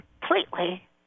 completely